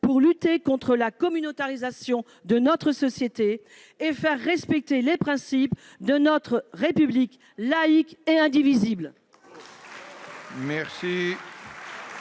pour lutter contre la communautarisation de notre société et faire respecter les principes de notre République laïque et indivisible